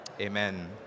Amen